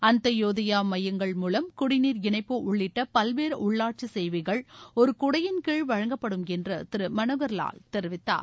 அந்த்தயோதையா மையங்கள் மூலம் குடிநீர் இணைப்பு உள்ளிட்ட பல்வேறு உள்ளாட்சி சேவைகள் ஒரு குடையின் கீழ் வழங்கப்படும் என்று திரு மனோகர் லால் தெரிவித்தார்